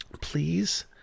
please